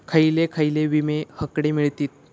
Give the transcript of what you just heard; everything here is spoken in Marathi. खयले खयले विमे हकडे मिळतीत?